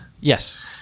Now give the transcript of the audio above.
Yes